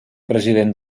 president